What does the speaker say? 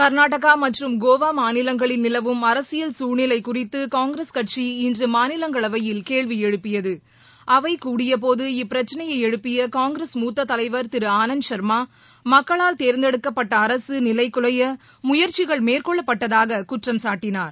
கர்நாடகா மற்றும் கோவா மாநிலங்களில் நிலவும் அரசியல் குழ்நிலை குறித்து காங்கிரஸ் கட்சி இன்று மாநிலங்களவையில் கேள்வி எழுப்பியது அவை கூடியபோது இப்பிரச்சனையை எழுப்பிய காங்கிரஸ் மூத்த தலைவர் திரு ஆனந்த் சர்மா மக்களால் தேர்ந்தெடுக்கப்பட்ட அரசு நிலைகுலைய முயற்சிகள் மேற்கொள்ளப்பட்டதாக குற்றம் சாட்டினார்